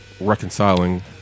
reconciling